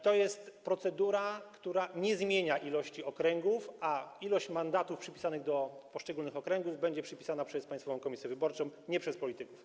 To jest procedura, która nie zmienia ilości okręgów, a ilość mandatów do poszczególnych okręgów będzie przypisywana przez Państwową Komisję Wyborczą, nie przez polityków.